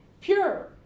pure